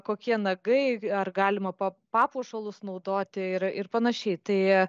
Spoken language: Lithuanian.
kokie nagai ar galima pa papuošalus naudoti ir ir panašiai tai